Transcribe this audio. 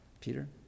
Peter